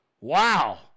Wow